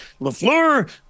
LaFleur